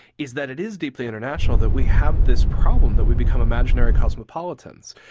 is that it is deeply international, that we have this problem that we become imaginary cosmopolitans.